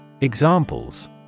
Examples